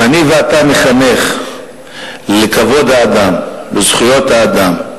אם אני ואתה נחנך לכבוד האדם, לזכויות אדם,